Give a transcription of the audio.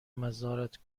مزارت